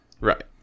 Right